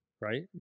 right